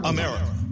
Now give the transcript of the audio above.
America